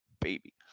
baby